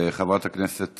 חברת הכנסת